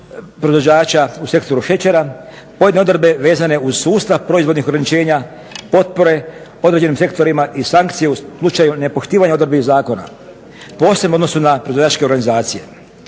u sektoru šećera, pojedine odredbe vezane uz sustav proizvodnih ograničenja potpore određenim sektorima i sankcije u slučaju nepoštivanja … zakona posebno u odnosu na proizvođačke organizacije.